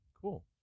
Cool